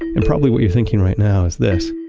and probably what you're thinking right now is this